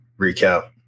recap